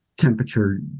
temperature